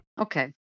Okay